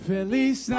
Feliz